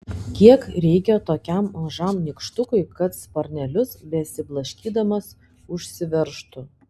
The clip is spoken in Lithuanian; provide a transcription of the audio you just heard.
kiek reikia tokiam mažam nykštukui kad sparnelius besiblaškydamas užsiveržtų